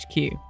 HQ